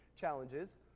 challenges